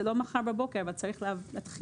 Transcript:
זה לא מחר בבוקר אבל צריך להתחיל.